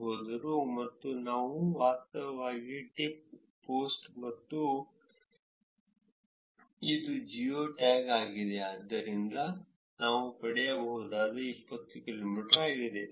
ಅವುಗಳ ನಿವಾಸಗಳು ಹತ್ತಿರ ಟ್ವಿಟಿಂಗ್ ನಾನು ವಾಸಿಸುವ ಬಳಕೆದಾರರು ಒಖ್ಲಾ ಕಾರಣ ನಾನು ದೆಹಲಿ ಜವಾಹರ್ ಲಾಲ್ ನೆಹರು ಸ್ಟೇಡಿಯಂ ಬಳಿ ಎಲ್ಲೋ 20 ಕಡಿಮೆ ಕಿಲೋಮೀಟರ್ ಸೂಚಿಸುತ್ತಿರುವೆ ಇದರಿಂದ ಟ್ವಿಟಿಂಗ್ ಮಾಡಬಹುದು ನಾನು ಒಂದು ಪಂದ್ಯದಲ್ಲಿ ವೀಕ್ಷಿಸಲು ಹೋದರು ಮತ್ತು ನಾನು ವಾಸ್ತವವಾಗಿ ಟ್ವೀಟ್ ಪೋಸ್ಟ್ ಇದು ಜಿಯೋ ಟ್ಯಾಗ್ ಆಗಿದೆ ಆದ್ದರಿಂದ ನಾವು ಪಡೆಯಬಹುದಾದ 20 ಕಿಲೋಮೀಟರ್ ಆಗಿದೆ